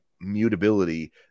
mutability